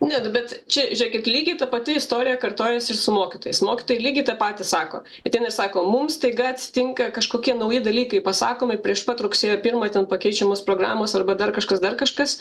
ne nu bet čia žiūrėkit lygiai ta pati istorija kartojasi su mokytojais mokytojai lygiai tą patį sako ateina ir sako mums staiga atsitinka kažkokie nauji dalykai pasakomi prieš pat rugsėjo pirmą ten pakeičiamos programos arba dar kažkas dar kažkas